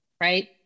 right